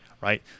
Right